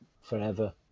forever